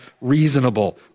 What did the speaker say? reasonable